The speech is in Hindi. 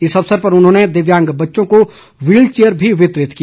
इस अवसर पर उन्होंने दिव्यांग बच्चों को व्हील चेयर भी वितरित की